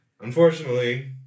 Unfortunately